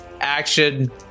action